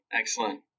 excellent